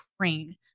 train